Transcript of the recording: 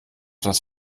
das